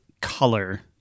color